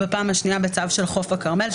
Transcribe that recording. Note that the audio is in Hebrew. בפעם השנייה זה הגיע בצו של חוף הכרמל,